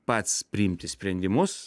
pats priimti sprendimus